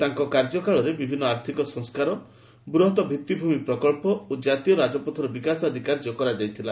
ତାଙ୍କ କାର୍ଯ୍ୟକାଳରେ ବିଭିନ୍ନ ଆର୍ଥିକ ସଂସ୍କାର ବୃହତ ଭିଭିଭୂମି ପ୍ରକଳ୍ପ ଓ ଜାତୀୟ ରାଜପଥର ବିକାଶ ଆଦି କାର୍ଯ୍ୟ କରାଯାଇଥିଲା